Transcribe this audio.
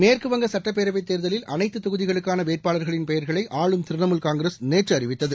மேற்குவங்க சுட்டப்பேரவைதேர்தலில் அனைத்தொகுதிகளுக்கானவேட்பாளர்களின் பெயர்களைஆளும் திரிணமூல் காங்கிரஸ் நேற்றுஅறிவித்தது